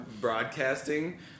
broadcasting